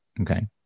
Okay